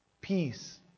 peace